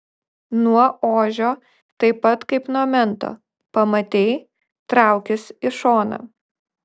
nuo ožio taip pat kaip nuo mento pamatei traukis į šoną